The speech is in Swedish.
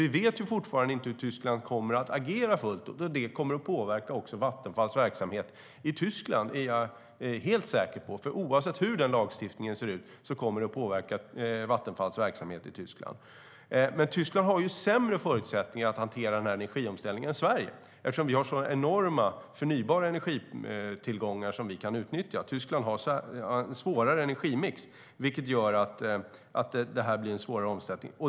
Vi vet alltså ännu inte hur Tyskland kommer att agera, men att det kommer att påverka Vattenfalls verksamhet i Tyskland är jag helt säker på. Oavsett hur lagstiftningen ser ut kommer den att påverka Vattenfalls verksamhet. Tyskland har dock sämre förutsättningar att hantera energiomställningen än Sverige eftersom vi här har sådana enorma förnybara energitillgångar som vi kan utnyttja. Tyskland har en svårare energimix, vilket gör att det blir en svårare omställning.